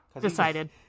decided